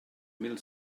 mil